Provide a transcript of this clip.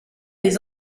les